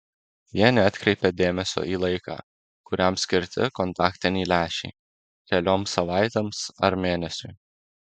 jie neatkreipia dėmesio į laiką kuriam skirti kontaktiniai lęšiai kelioms savaitėms ar mėnesiui